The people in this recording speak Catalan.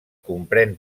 comprèn